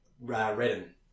Redden